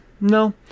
no